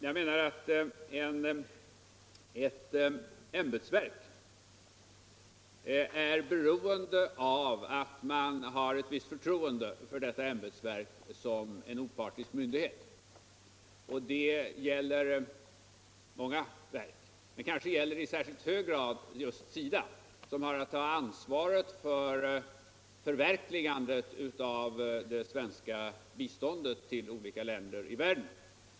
Jag menar att ett ämbetsverk är beroende av att man har ett visst förtroende för det som en opartisk myndighet. Detta gäller många verk, men kanske särskilt SIDA som har att ta ansvaret för det svenska biståndet till olika länder i världen.